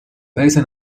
paese